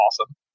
Awesome